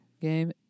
game